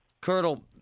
Colonel